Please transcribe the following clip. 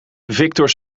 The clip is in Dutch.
victor